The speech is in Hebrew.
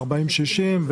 40-60,